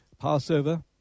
Passover